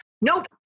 Nope